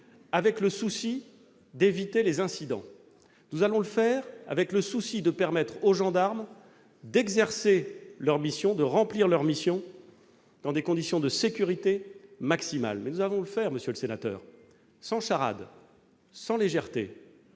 avec le souci d'éviter les incidents. Nous allons le faire avec le souci de permettre aux gendarmes de remplir leur mission dans des conditions de sécurité maximale. Mais nous allons le faire, monsieur le sénateur, sans charade, sans légèreté,